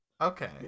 okay